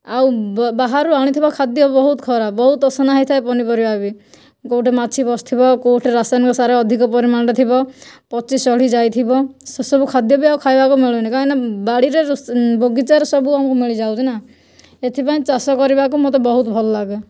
ଆଉ ବାହାରୁ ଆଣିଥିବା ଖାଦ୍ୟ ବହୁତ ଖରାପ ବହୁତ ଅସନା ହେଇଥାଏ ପନିପରିବା ବି କେଉଁଠି ମାଛି ବସିଥିବ କେଉଁଠି ରାସାୟନିକ ସାର ଅଧିକ ପରିମାଣରେ ଥିବ ପଚି ସଢ଼ି ଯାଇଥିବ ସେସବୁ ଖାଦ୍ୟ ବି ଆଉ ଖାଇବାକୁ ମିଳୁ ନାହିଁ କାହିଁକିନା ବାଡ଼ିରେ ବଗିଚାରେ ଆମକୁ ସବୁ ମିଳିଯାଉଛି ନା ସେଥିପାଇଁ ଚାଷ କରିବାକୁ ମୋତେ ବହୁତ ଭଲଲାଗେ